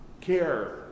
care